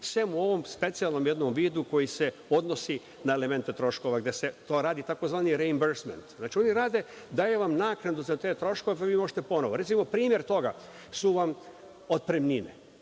sem u ovom specijalnom jednom vidu koji se odnosi na elemente troškova, gde se radi tzv. reimbursement, znači, ono rade, daju vam naknadu za te troškove da vi možete ponovo. Recimo, primer toga su vam otpremnine.